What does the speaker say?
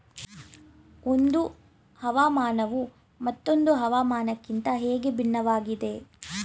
ಒಂದು ಹವಾಮಾನವು ಮತ್ತೊಂದು ಹವಾಮಾನಕಿಂತ ಹೇಗೆ ಭಿನ್ನವಾಗಿದೆ?